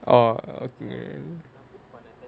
oh okay